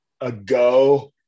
ago